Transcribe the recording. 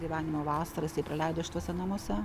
gyvenimo vasaras jie praleido šituose namuose